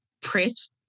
press